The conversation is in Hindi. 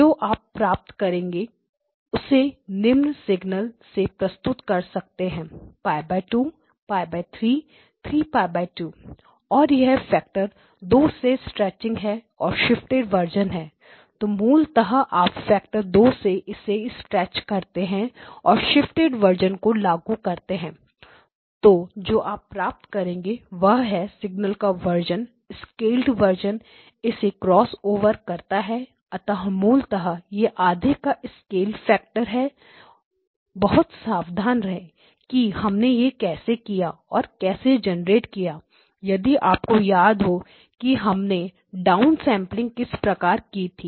जो आप प्राप्त करेंगे उसे निम्न सिग्नल से प्रस्तुत कर सकते हैं π 2 π 3 π 2 और यह फैक्टर दो से स्ट्रैचिंग है और शिफ्टेड वर्जन है तो मूलतः आप फैक्टर 2 से इसे स्ट्रेच करते हैं और शिफ्टेड वर्जन को लागू करते हैं तो जो प्राप्त करेंगे वह है सिग्नल का वर्जन स्केल्ड वर्जन इसे क्रॉस ओवर करता है अतः मूलतः यह आधे का स्केल फैक्टर है बहुत सावधान रहें कि हमने यह कैसे किया और कैसे जनरेट किया यदि आपको याद हो कि हमने डाउनसेंपलिंग down sampling किस प्रकार की थी